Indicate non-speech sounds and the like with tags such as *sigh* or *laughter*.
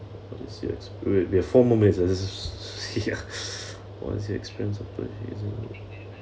this year we h~ we have four more minutes ah *laughs* ya what is the experience of using the